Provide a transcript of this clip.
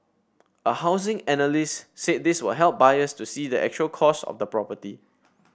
a housing analyst said this will help buyers to see the actual cost of the property